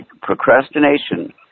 procrastination